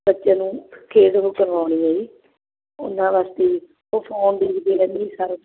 ਬੱਚਿਆਂ ਨੂੰ ਖੇਡ ਉਹ ਕਰਵਾਉਣੀ ਹੈ ਜੀ ਉਹਨਾਂ ਵਾਸਤੇ ਉਹ ਫੋਨ ਦੇਖਦੇ ਰਹਿੰਦੇ ਜੀ ਸਾਰਾ ਦਿਨ